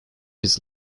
his